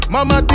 Mama